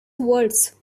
words